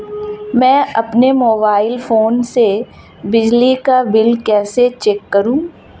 मैं अपने mobile phone से बिजली का बिल कैसे चेक करूं?